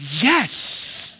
yes